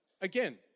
again